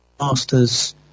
masters